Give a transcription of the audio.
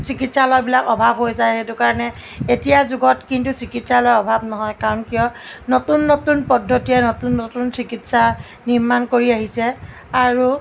চিকিৎসালয়বিলাক অভাৱ হৈ যায় সেইটো কাৰণে এতিয়াৰ যুগত কিন্তু চিকিৎসালয়ৰ অভাৱ নহয় কাৰণ কিয় নতুন নতুন পদ্ধতিৰে নতুন নতুন চিকিৎসা নিৰ্মাণ কৰি আহিছে আৰু